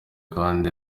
kandi